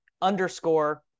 underscore